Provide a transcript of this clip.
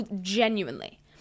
genuinely